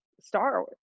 Star